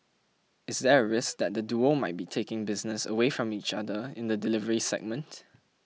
is there a risk that the duo might be taking business away from each other in the delivery segment